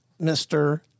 Mr